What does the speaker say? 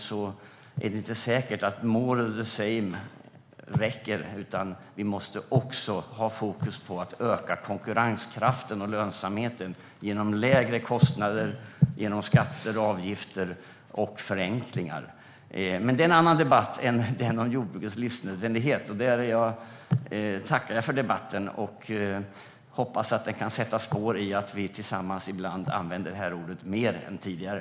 Det är inte säkert att "more of the same" räcker, utan vi måste också ha fokus på att öka konkurrenskraften och lönsamheten genom lägre kostnader, skatter och avgifter och genom förenklingar. Men det är en annan debatt än den om jordbrukets livsnödvändighet. Jag tackar för debatten och hoppas att den kan sätta spår i att vi tillsammans ibland använder det här ordet mer än tidigare.